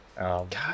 God